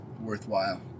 worthwhile